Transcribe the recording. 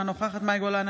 אינה נוכחת מאי גולן,